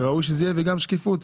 זה ראוי שיהיה וגם שתהיה שקיפות.